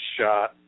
shot